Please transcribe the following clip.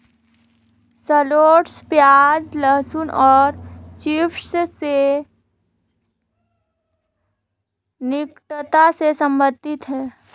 shallots प्याज, लहसुन और चिव्स से निकटता से संबंधित है